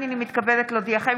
הינני מתכבדת להודיעכם,